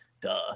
duh